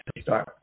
start